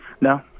no